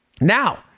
Now